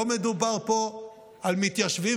לא מדובר פה על מתיישבים,